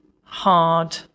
hard